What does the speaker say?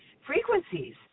frequencies